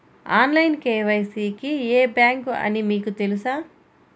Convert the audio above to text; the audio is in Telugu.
ఆన్లైన్ కే.వై.సి కి ఏ బ్యాంక్ అని మీకు తెలుసా?